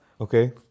Okay